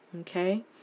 Okay